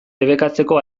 debekatzeko